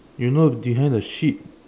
you know behind the sheep